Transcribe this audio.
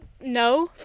no